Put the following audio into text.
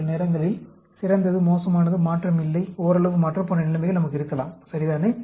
சில நேரங்களில் சிறந்தது மோசமானது மாற்றம் இல்லை ஓரளவு மாற்றம் போன்ற நிலைமைகள் நமக்கு இருக்கலாம் சரிதானே